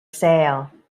sale